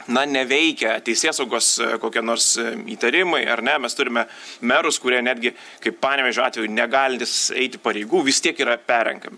na neveikia teisėsaugos kokie nors įtarimai ar ne mes turime merus kurie netgi kaip panevėžio atveju negalintys eiti pareigų vis tiek yra perrenkami